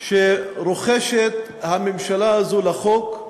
שרוחשת הממשלה הזאת לחוק,